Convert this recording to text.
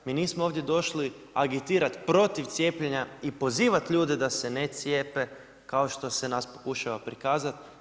Mi nismo ovdje došli agitirati protiv cijepljenja i pozivati ljude da se ne cijepe kao što se nas pokušava prikazati.